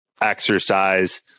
exercise